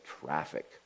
traffic